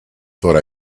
thought